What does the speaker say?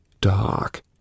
dark